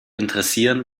interessieren